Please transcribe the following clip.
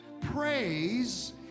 Praise